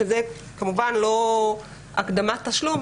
שזה כמובן לא הקדמת תשלום,